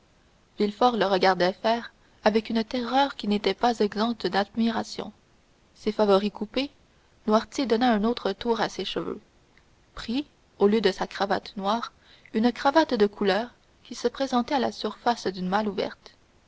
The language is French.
villefort le regardait faire avec une terreur qui n'était pas exempte d'admiration ses favoris coupés noirtier donna un autre tour à ses cheveux prit au lieu de sa cravate noire une cravate de couleur qui se présentait à la surface d'une malle ouverte